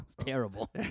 terrible